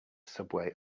subway